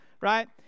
right